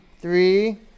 three